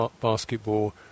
basketball